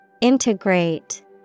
Integrate